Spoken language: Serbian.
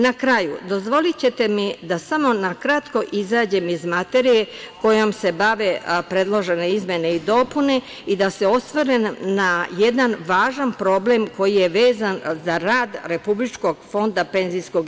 Na kraju, dozvolićete mi da samo na kratko izađem iz materije kojom se bave predložene izmene i dopune i da se osvrnem na jedan važan problem koji je vezan za rad Republičkog fonda PIO.